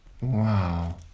Wow